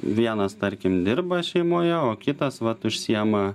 vienas tarkim dirba šeimoje o kitas vat užsiema